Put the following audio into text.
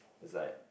it's like